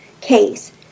case